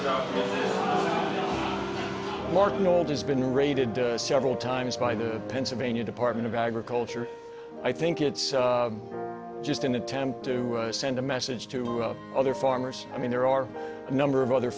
right martin old has been raided several times by the pennsylvania department of agriculture i think it's just an attempt to send a message to other farmers i mean there are a number of other